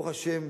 ברוך השם,